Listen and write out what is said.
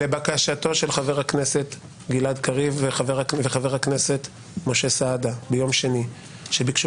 לבקשתו של חבר הכנסת גלעד קריב וחבר הכנסת משה סעדה ביום שני שביקשו